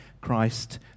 Christ